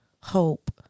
hope